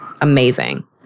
Amazing